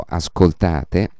ascoltate